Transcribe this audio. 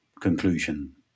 conclusion